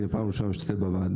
כי זה פעם ראשונה אני משתתף בוועדה,